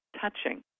touching